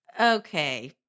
Okay